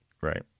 Right